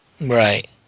Right